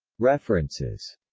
references